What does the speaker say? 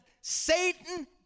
Satan